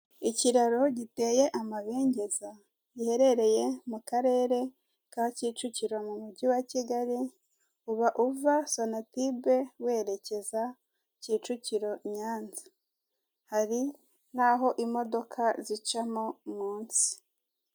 Ikiraro giteye amabengeza giherereye mu karere ka Kicukiro mu mujyi wa Kigali, uba uva sonatube werekeza kicukiro i nyanza hari n'aho imodoka zicamo munsi.